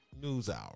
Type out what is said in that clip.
NewsHour